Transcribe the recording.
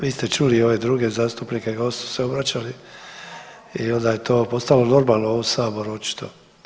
Vi ste čuli i ove druge zastupnike kako su se obraćali i onda je to postalo normalno u ovom Saboru očito.